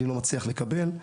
אני לא מצליח לקבל.